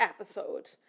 episode